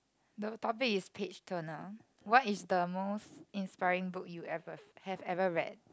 the topic is page turner what is the most inspiring book you ever have ever read